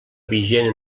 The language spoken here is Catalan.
vigent